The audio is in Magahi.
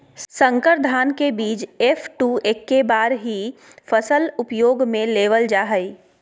संकर धान के बीज एफ.टू एक्के बार ही फसल उपयोग में लेवल जा हइ